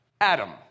Adam